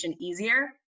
easier